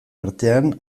artean